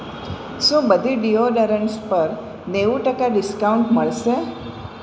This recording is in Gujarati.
શું બધી ડીઓડરન્ટસ પર નેવું ટકા ડિસ્કાઉન્ટ મળશે